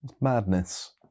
Madness